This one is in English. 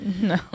No